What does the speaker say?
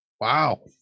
wow